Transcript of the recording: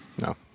No